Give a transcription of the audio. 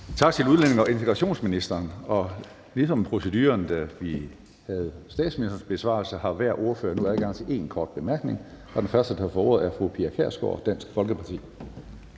Tak til udlændinge- og integrationsministeren. Ligesom det var proceduren ved statsministerens besvarelse, har hver ordfører nu adgang til én kort bemærkning. Den første, der får ordet, er fru Pia Kjærsgaard, Dansk Folkeparti.